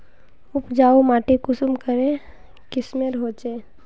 उपजाऊ माटी कुंसम करे किस्मेर होचए?